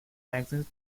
magazines